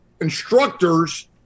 instructors